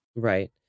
Right